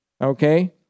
Okay